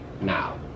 now